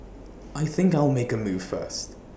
I think I'll make A move first